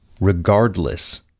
regardless